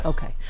Okay